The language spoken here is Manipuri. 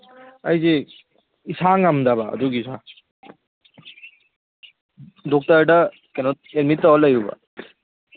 ꯑꯩꯁꯦ ꯏꯁꯥ ꯉꯝꯗꯕ ꯑꯗꯨꯒꯤ ꯁꯥꯔ ꯗꯣꯛꯇꯔꯗ ꯀꯩꯅꯣ ꯑꯦꯗꯃꯤꯠ ꯇꯧꯔ ꯂꯩꯔꯨꯕ